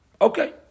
Okay